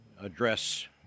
address